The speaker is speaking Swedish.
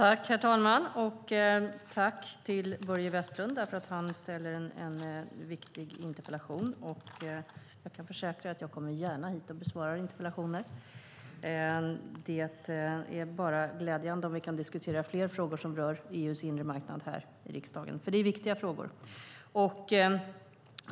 Herr talman! Jag tackar Börje Vestlund för att han har ställt en viktig interpellation. Jag kan försäkra att jag gärna kommer hit och besvarar interpellationer. Det är bara glädjande om vi kan diskutera fler frågor som rör EU:s inre marknad här i riksdagen eftersom det är viktiga frågor.